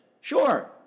Sure